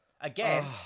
Again